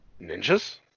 Ninjas